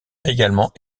également